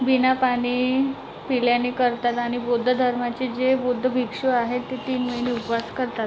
बिना पाणी पिल्याने करतात आणि बौद्ध धर्माचे जे बौद्ध भिक्षू आहे ते तीन महि ने उपास करतात